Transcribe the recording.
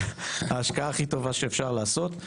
ההשקעה הכי טובה שאפשר לעשות.